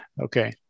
Okay